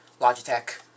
Logitech